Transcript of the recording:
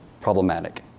problematic